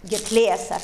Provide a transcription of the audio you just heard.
gerklės ar